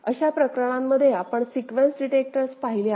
अशा प्रकरणांमध्ये आपण सीक्वेन्स डिटेक्टर्स पाहिले आहेत